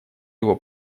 его